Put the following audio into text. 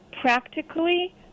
practically